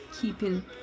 keeping